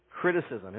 criticism